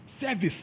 Service